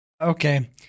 Okay